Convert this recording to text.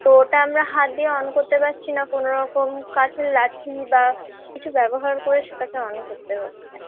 তো ওটা আমরা হাত দিয়ে অন করতে পারছি না কোনোরকম কাছে যাচ্ছি বা কিছু ব্যবহার করে সেটাকে অন করতে হচ্ছে